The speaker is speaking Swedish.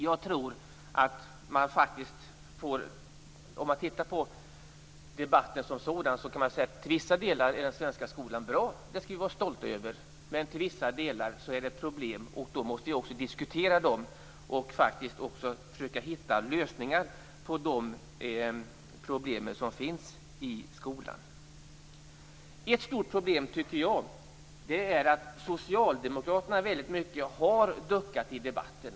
Jag tror att man, om man tittar på debatten som sådan, kan säga att den svenska skolan i vissa delar är bra. Det skall vi vara stolta över. Men i vissa delar är det problem, och dessa problem måste vi också diskutera och försöka hitta lösningar på. Ett stort problem, tycker jag, är att Socialdemokraterna har duckat väldigt mycket i debatten.